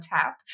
tap